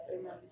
Amen